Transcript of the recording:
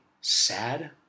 sad